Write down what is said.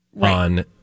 on